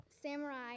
Samurai